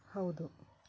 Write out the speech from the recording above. ಹೌದು